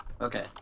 Okay